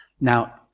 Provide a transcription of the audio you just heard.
Now